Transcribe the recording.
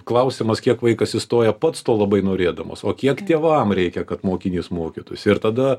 klausimas kiek vaikas įstoja pats to labai norėdamas o kiek tėvam reikia kad mokinys mokytųsi ir tada